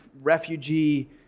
refugee